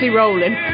rolling